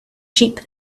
sheep